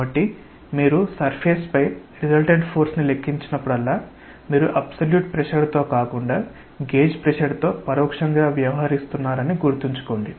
కాబట్టి మీరు సర్ఫేస్ పై రిసల్టెంట్ ఫోర్స్ ని లెక్కించినప్పుడల్లా మీరు అబ్సల్యూట్ ప్రెషర్ తో కాకుండా గేజ్ ప్రెషర్తో పరోక్షంగా వ్యవహరిస్తున్నారని గుర్తుంచుకోండి